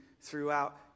throughout